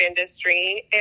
industry